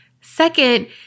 Second